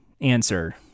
answer